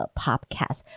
podcast 。